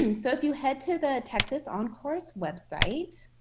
and so, if you head to the texas oncourse website,